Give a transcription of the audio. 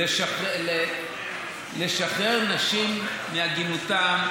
לשחרר נשים מעגינתן,